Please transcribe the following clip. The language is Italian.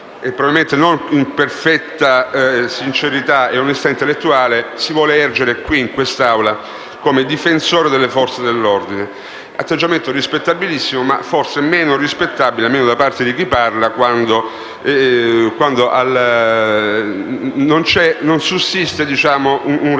probabilmente non in perfetta sincerità e onestà intellettuale, si vuole ergere in quest'Aula come difensore delle Forze dell'ordine: atteggiamento rispettabilissimo, ma forse meno rispettabile, almeno da parte di chi parla, quando non sussiste un ragionamento